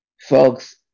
folks